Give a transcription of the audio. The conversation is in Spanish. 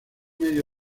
medio